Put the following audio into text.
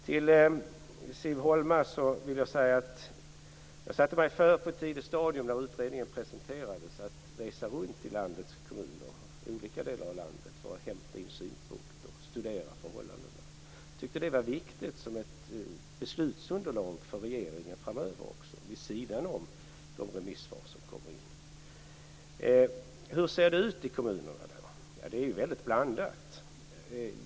Till Siv Holma vill jag säga att jag bestämde mig för på ett tidigt stadium när utredningen presenterades att resa runt i landets kommuner i olika delar av landet för att inhämta synpunkter, studera förhållandena. Jag tyckte att det var viktigt som ett beslutsunderlag för regeringen framöver vid sidan om de remissvar som kom in. Hur ser det ut i kommunerna? Ja, det är väldigt blandat.